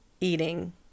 eating